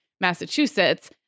Massachusetts